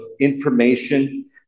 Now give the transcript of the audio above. information